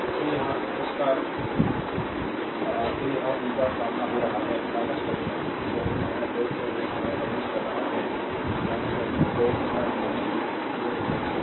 फिर यहाँ उसका सामना हो रहा है टर्मिनल सो 2 और यहाँ वह प्रवेश कर रहा है your टर्मिनल